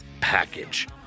package